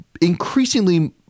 increasingly